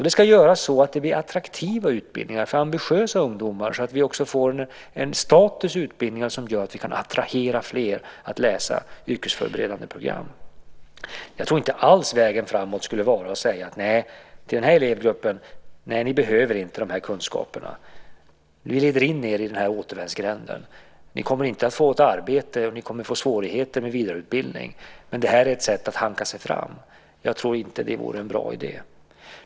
Det ska göras så att det blir attraktiva utbildningar för ambitiösa ungdomar, så att vi också får en status i utbildningarna som gör att vi kan attrahera fler att läsa yrkesförberedande program. Jag tror inte alls att vägen framåt skulle vara att säga till den här elevgruppen: Nej, ni behöver inte de här kunskaperna. Vi leder in er i den här återvändsgränden. Ni kommer inte att få ett arbete och ni kommer att få svårigheter med vidareutbildning, men det här är ett sätt att hanka sig fram. Jag tror inte att det vore en bra idé.